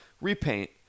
repaint